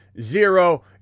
zero